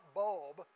bulb